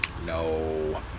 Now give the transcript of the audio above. No